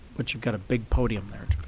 but you've got a big podium there.